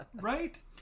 right